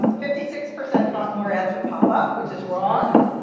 fifty six percent thought more ads would pop up, which is wrong.